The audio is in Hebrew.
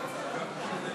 הכנסת (תיקון,